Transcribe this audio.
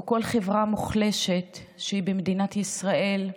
או כל חברה מוחלשת שהיא במדינת ישראל,